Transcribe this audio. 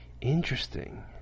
Interesting